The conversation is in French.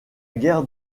guerre